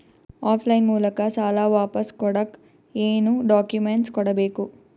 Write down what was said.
Of line ಮೂಲಕ ಸಾಲ ವಾಪಸ್ ಕೊಡಕ್ ಏನು ಡಾಕ್ಯೂಮೆಂಟ್ಸ್ ಕೊಡಬೇಕು?